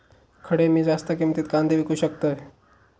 खडे मी जास्त किमतीत कांदे विकू शकतय?